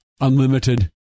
unlimited